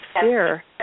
fear